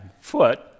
foot